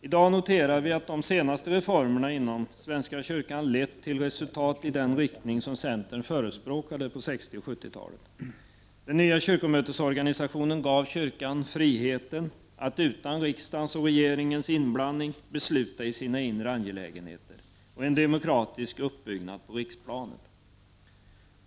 I dag noterar vi att de senaste reformerna inom svenska kyrkan lett till resultat i den riktning som centern förespråkade på 60 och 70-talen. Den nya kyrkomötesorganisationen gav kyrkan friheten att utan riksdagens och regeringens inblandning besluta i sina inre angelägenheter och om en demokratisk uppbyggnad på riksplanet.